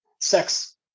sex